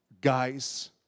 Guys